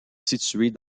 situés